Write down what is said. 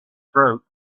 throat